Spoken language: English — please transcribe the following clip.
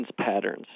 patterns